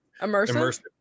Immersive